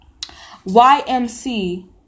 YMC